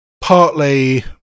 partly